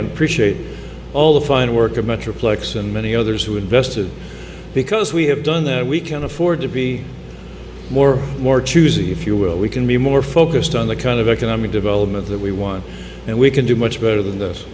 and preach it all the fine work of metroplex and many others who invested because we have done that we can afford to be more more choosy if you will we can be more focused on the kind of a the development that we want and we can do much better than